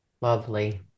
Lovely